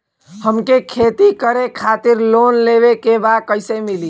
हमके खेती करे खातिर लोन लेवे के बा कइसे मिली?